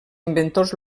inventors